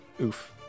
Oof